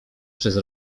przez